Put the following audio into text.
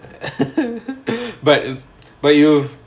but but you